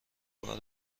بار